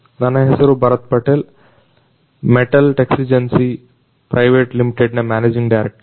ನನ್ನ ಹೆಸರು ಭರತ್ ಪಟೇಲ್ ಮೆಟಲ್ ಟೆಕ್ಸಿಜೆನ್ಸಿ ಪ್ರೈವೇಟ್ ಲಿಮಿಟೆಡ್ನ ಮ್ಯಾನೇಜಿಂಗ್ ಡೈರೆಕ್ಟರ್